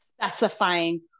specifying